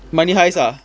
money heist ah